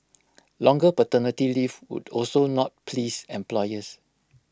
longer paternity leave would also not please employers